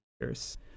years